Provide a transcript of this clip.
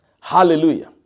Hallelujah